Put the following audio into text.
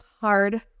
hard